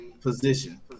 position